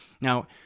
Now